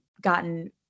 gotten